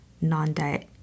non-diet